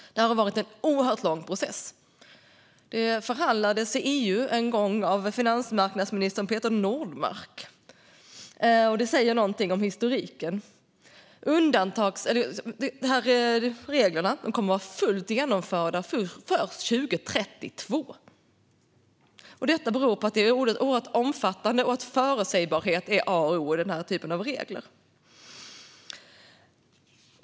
Det har varit en oerhört lång process. Det förhandlades i EU en gång av finansmarknadsminister Peter Norman. Det säger någonting om historiken. Reglerna kommer att vara fullt genomförda först 2032. Det beror på att de är oerhört omfattande och att förutsägbarhet är A och O för den här typen av regler.